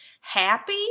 happy